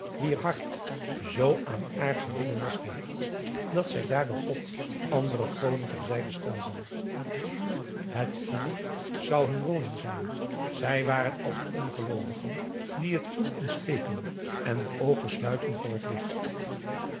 wier hart zoo aan aardsche dingen was gehecht dat zij daardoor god andere goden ter zijde stelden het vuur zou hun woning zijn zij waren als de ongeloovigen die het vuur ontsteken en de oogen sluiten voor het licht